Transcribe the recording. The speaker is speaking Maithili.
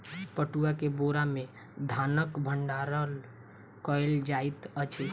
पटुआ के बोरा में धानक भण्डार कयल जाइत अछि